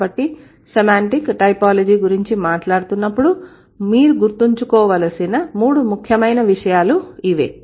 కాబట్టి semantic typology గురించి మాట్లాడుతున్నప్పుడు మీరు గుర్తుంచుకోవలసిన మూడు ముఖ్యమైన విషయాలు ఇవే